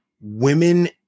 women